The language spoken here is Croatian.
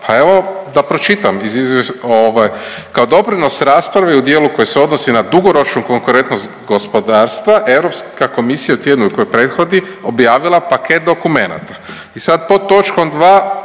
iz izvješća ovaj kao doprinos raspravi u dijelu koji se odnosi na dugoročnu konkurentnost gospodarstva Europska komisija je u tjednu koji prethodi objavila paket dokumenta i sad pod točkom 2.